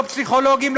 לא פסיכולוגים,